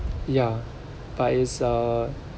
ya but it's uh